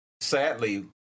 Sadly